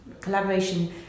collaboration